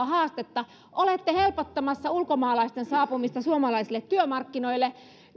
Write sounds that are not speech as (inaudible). (unintelligible) haastetta olette helpottamassa ulkomaalaisten saapumista suomalaisille työmarkkinoille